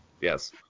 Yes